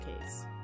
case